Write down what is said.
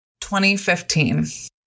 2015